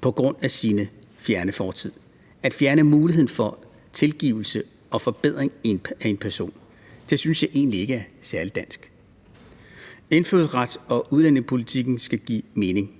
på grund af ens fjerne fortid. At fjerne muligheden for tilgivelse og forbedring fra en person synes jeg egentlig ikke er særlig dansk. Indfødsrets- og udlændingepolitikken skal give mening.